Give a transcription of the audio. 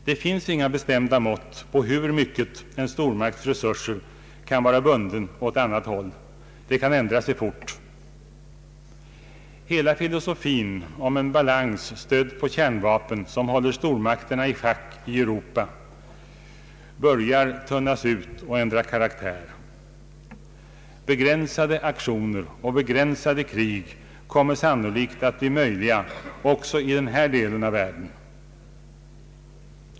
Det finns inga bestämda mått på hur mycket en stormakts resurser kan vara bundna åt annat håll — det kan ändra sig fort. Hela filosofin om en balans stödd på kärnvapen, som håller stormakterna i schack i Europa, börjar tunnas ut och ändra karaktär. Begränsade aktioner och begränsade krig kommer sannolikt att bli möjliga också i den här delen av världen.